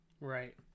Right